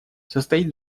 состоит